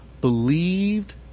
believed